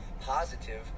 positive